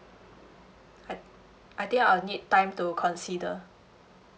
I I think I'll need time to consider